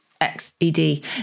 XED